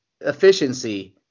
efficiency